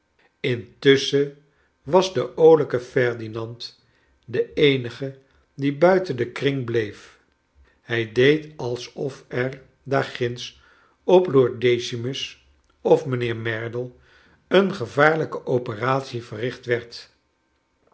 intusschen was de oolijke ferdinand de eenige die buiten den kring bleef hij deed alsof er daarginds op lord decimus of mijnheer merdle een gevaarlijke operatie verricht werd